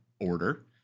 order